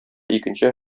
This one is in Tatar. икенче